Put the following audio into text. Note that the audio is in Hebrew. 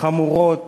חמורות